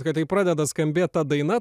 kad jei pradeda skambėt ta daina